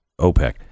OPEC